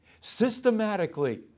Systematically